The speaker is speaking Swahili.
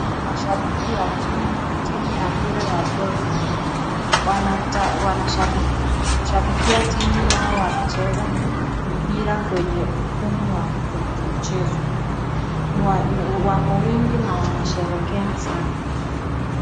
Hapa ni mashabiki wa timu ya mpira ya gro mahia wanashabiki timu Yao wakicheza mpira kwenye ukumbo wa mchezo wako wengi na wanasherekea sana.